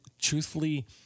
truthfully